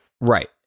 Right